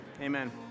Amen